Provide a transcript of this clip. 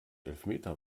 elfmeter